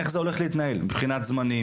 איך זה הולך להתנהל מבחינת זמנים?